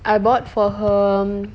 I bought for her